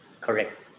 Correct